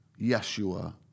Yeshua